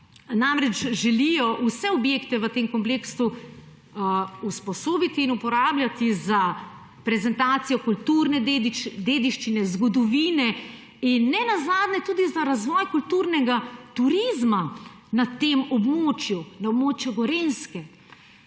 namreč želijo vse objekte v tem kompleksu usposobiti in uporabljati za prezentacijo kulturne dediščine, zgodovine in nenazadnje tudi za razvoj kulturnega turizma na tem območju, na območju Gorenjske.